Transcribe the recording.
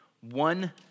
one